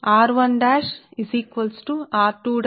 4605 log1r మరియు రెండవ పదం 0